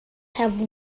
have